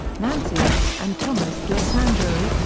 nancy and thomas d'alesandro,